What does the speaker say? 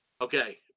Okay